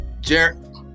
Jared